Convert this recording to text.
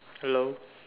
hello